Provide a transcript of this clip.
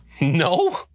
no